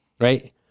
Right